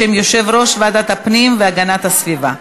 בשם יושב-ראש ועדת הפנים והגנת הסביבה.